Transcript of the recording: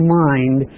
mind